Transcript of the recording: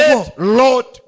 Lord